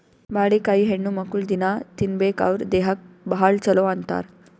ಬಾಳಿಕಾಯಿ ಹೆಣ್ಣುಮಕ್ಕ್ಳು ದಿನ್ನಾ ತಿನ್ಬೇಕ್ ಅವ್ರ್ ದೇಹಕ್ಕ್ ಭಾಳ್ ಛಲೋ ಅಂತಾರ್